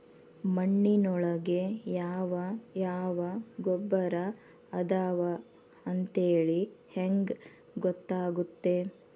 ಮಣ್ಣಿನೊಳಗೆ ಯಾವ ಯಾವ ಗೊಬ್ಬರ ಅದಾವ ಅಂತೇಳಿ ಹೆಂಗ್ ಗೊತ್ತಾಗುತ್ತೆ?